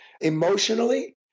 Emotionally